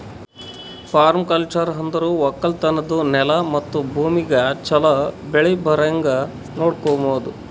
permaculture ಅಂದುರ್ ಒಕ್ಕಲತನದ್ ನೆಲ ಮತ್ತ ಭೂಮಿಗ್ ಛಲೋ ಬೆಳಿ ಬರಂಗ್ ನೊಡಕೋಮದ್